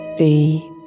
deep